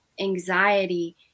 anxiety